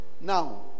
Now